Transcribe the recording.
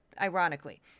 ironically